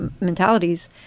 mentalities